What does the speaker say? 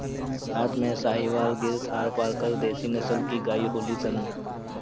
भारत में साहीवाल, गिर, थारपारकर देशी नसल के गाई होलि सन